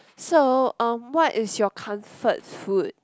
so um what is your comfort food